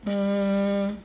mm